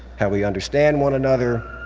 how we understand one another,